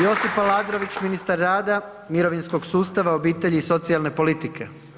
Josip Aladrović, ministar rada, mirovinskog sustava, obitelji i socijalne politike.